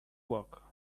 work